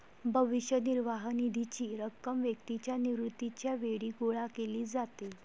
भविष्य निर्वाह निधीची रक्कम व्यक्तीच्या निवृत्तीच्या वेळी गोळा केली जाते